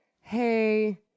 Hey